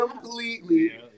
Completely